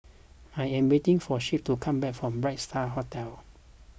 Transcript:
I am waiting for Shep to come back from Bright Star Hotel